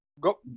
Go